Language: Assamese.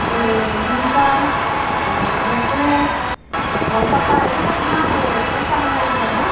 জ এই জুমকা আৰু নেকলেচ আৰু গলপতা এইবিলাক সোণ এই কেঁচা সোণ দি বনায়